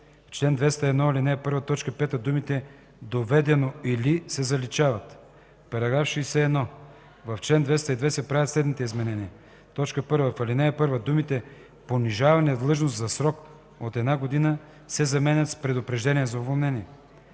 В чл. 201, ал. 1, т. 5 думите „доведено или” се заличават. § 61. В чл. 202 се правят следните изменения: 1. В ал. 1 думите „понижаване в длъжност за срок до една година” се заменят с „предупреждение за уволнение”.